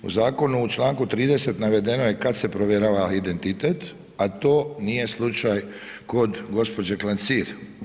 U zakonu u Članku 30. navedeno je kad se provjerava identitet, a to nije slučaj kod gospođe Klancir.